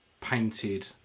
painted